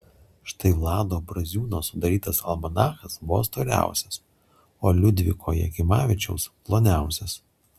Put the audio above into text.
štai vlado braziūno sudarytas almanachas buvo storiausias o liudviko jakimavičiaus ploniausias